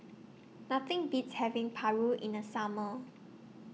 Nothing Beats having Paru in The Summer